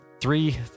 three